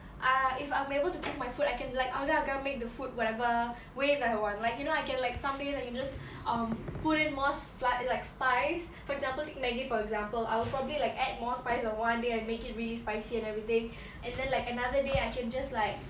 err if I'm able to cook my food I can like agak agak make the food whatever ways like I want like you know I can like some days I can just um put in more like spice for example take maggi for example I'll probably like add more spice on one day and make it really spicy and everything and then like another day I can just like